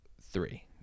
Three